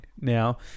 now